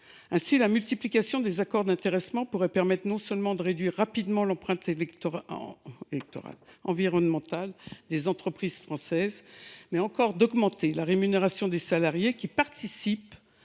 Ainsi, la multiplication des accords d’intéressement permettrait non seulement de réduire rapidement l’empreinte environnementale des entreprises françaises, mais encore d’augmenter la rémunération des salariés qui participent